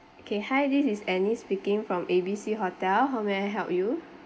okay hi this is annie speaking from A B C hotel how may I help you